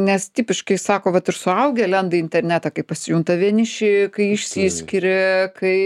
nes tipiškai sako vat ir suaugę lenda į internetą kai pasijunta vieniši kai išsiskiria kai